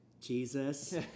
Jesus